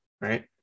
right